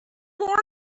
morning